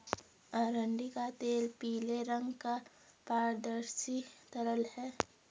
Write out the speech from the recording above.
अरंडी का तेल पीले रंग का पारदर्शी तरल है